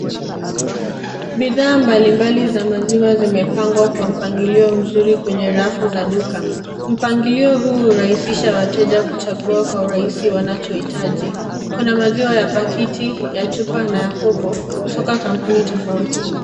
Bidhaa mbalimbali za maziwa zimepangwa kwa mpangilio mzuri kwenye rafu za duka. Mpangilio huu hurahisisha wateja kuchagua kwa urahisi wanachohitaji. Kuna maziwa ya pakiti ya chupa na ya kobo kutoka kampuni tofauti.